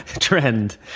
trend